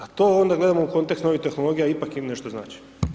A to onda gledamo u kontekstu novih tehnologija ipak im nešto znači.